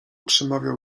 przemawiał